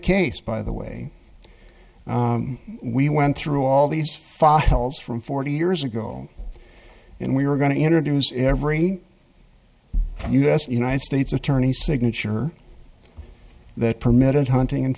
case by the way we went through all these files from forty years ago and we were going to introduce every u s united states attorney signature that permitted hunting and